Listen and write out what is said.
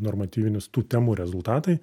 normatyvinius tų temų rezultatai